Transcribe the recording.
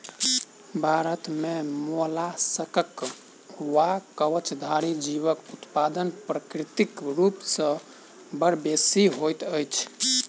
भारत मे मोलास्कक वा कवचधारी जीवक उत्पादन प्राकृतिक रूप सॅ बड़ बेसि होइत छै